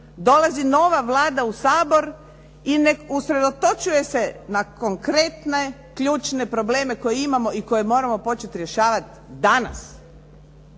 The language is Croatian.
dolazi nova Vlada u Sabor i ne usredotočuje se na konkretne ključne probleme koje imamo i koje moramo početi rješavati danas,